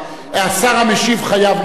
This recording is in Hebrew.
השר המשיב חייב להיות באולם,